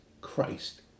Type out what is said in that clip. Christ